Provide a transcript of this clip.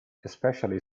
especially